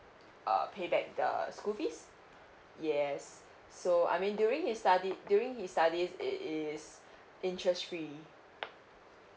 uh pay back the school fees yes so I mean during his studied during his studies it is interest free